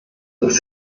dass